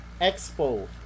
Expo